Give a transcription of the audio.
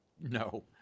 No